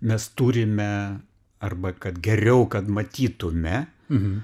mes turime arba kad geriau kad matytume